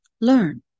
learn